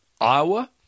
Iowa